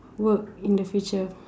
work in the future